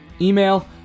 Email